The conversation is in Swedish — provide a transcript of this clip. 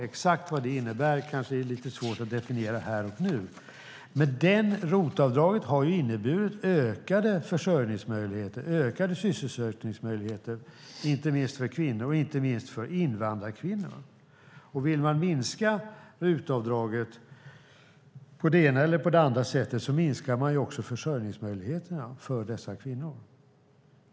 Exakt vad det innebär är kanske lite svårt att definiera här och nu, men RUT-avdraget har inneburit ökade försörjningsmöjligheter och sysselsättningsmöjligheter, inte minst för kvinnor och inte minst för invandrarkvinnor. Vill man minska RUT-avdraget på det ena eller andra sättet minskar man alltså även försörjningsmöjligheterna för dessa kvinnor.